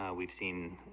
um we've seen,